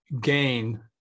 gain